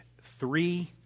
three